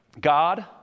God